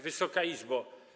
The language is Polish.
Wysoka Izbo!